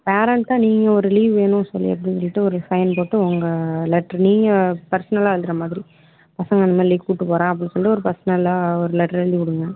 பேரண்ட்டாக நீங்கள் ஒரு லீவ் வேணும் சொல்லி அப்படின்னிட்டு ஒரு சைன் போட்டு உங்கள் லெட்ரு நீங்கள் பர்ஸ்னலாக எழுதுகிற மாதிரி பசங்கள் இந்த மாதிரி லேக் கூட்டிட்டு போகிறேன் அப்படின் சொல்லி ஒர் பர்ஸ்னலாக ஒரு லெட்ரு எழுதிக் கொடுங்க